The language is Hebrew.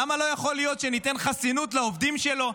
למה לא יכול להיות שניתן חסינות לעובדים שלו,